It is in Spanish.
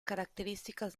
características